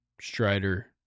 strider